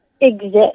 exist